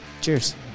cheers